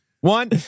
One